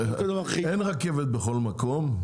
אין רכב בכל מקום,